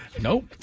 Nope